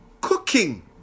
cooking